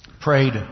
prayed